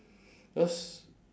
because